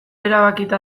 erabakita